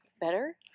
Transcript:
better